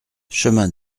chemin